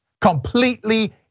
completely